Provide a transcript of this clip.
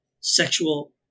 sexual